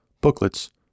booklets